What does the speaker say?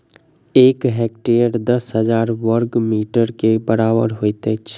एक हेक्टेयर दस हजार बर्ग मीटर के बराबर होइत अछि